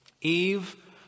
Eve